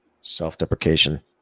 self-deprecation